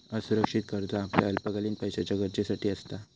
असुरक्षित कर्ज आपल्या अल्पकालीन पैशाच्या गरजेसाठी असता